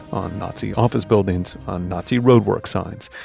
on nazi office buildings, on nazi roadwork signs,